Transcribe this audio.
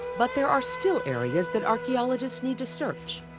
but there are still areas that archeologists need to search.